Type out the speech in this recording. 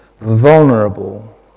vulnerable